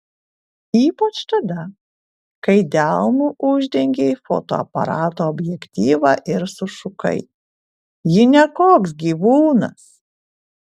ypač tada kai delnu uždengei fotoaparato objektyvą ir sušukai ji ne koks gyvūnas